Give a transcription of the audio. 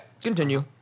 Continue